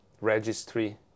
registry